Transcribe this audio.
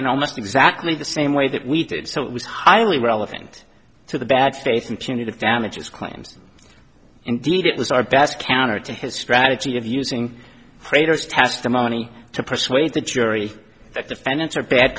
in almost exactly the same way that we did so it was highly relevant to the bad state and punitive damages claim indeed it was our best counter to his strategy of using freighters testimony to persuade the jury that defendants are bad